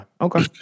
Okay